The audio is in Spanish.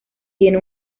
tiene